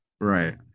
Right